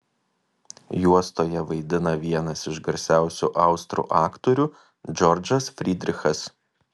juostoje vaidina vienas iš garsiausių austrų aktorių džordžas frydrichas